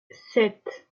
sept